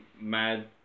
mad